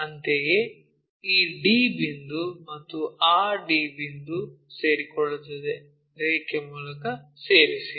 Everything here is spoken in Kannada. ಅಂತೆಯೇ ಈ d ಬಿಂದು ಮತ್ತು ಆ d ಬಿಂದು ಸೇರಿಕೊಳ್ಳುತ್ತದೆ ರೇಖೆ ಮೂಲಕ ಸೇರಿಸಿ